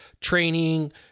training